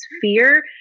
fear